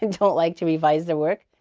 and don't like to revise their work,